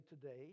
today